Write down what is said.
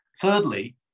Thirdly